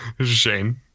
Shane